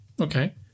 Okay